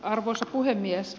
arvoisa puhemies